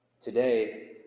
Today